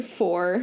four